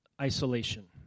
isolation